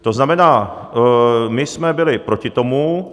To znamená, my jsme byli proti tomu.